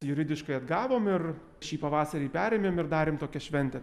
juridiškai atgavom ir šį pavasarį perėmėm ir darėm tokią šventę